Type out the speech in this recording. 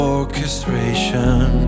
Orchestration